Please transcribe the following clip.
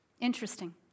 Interesting